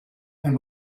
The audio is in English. and